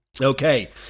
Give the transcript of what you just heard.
Okay